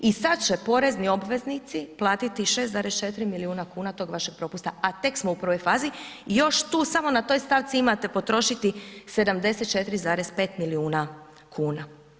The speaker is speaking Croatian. I sad će porezni obveznici platiti 6,4 milijuna kuna tog vašeg propusta, a tek smo u prvoj fazi i još tu, samo na toj stavci imate potrošiti 74,5 milijuna kuna.